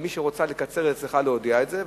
ומי שרוצה לקצר צריכה להודיע את זה,